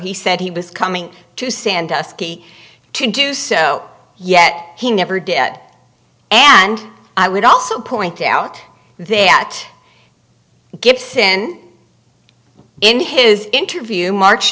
he said he was coming to sandusky to do so yet he never did and i would also point out that gibson in his interview march